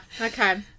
Okay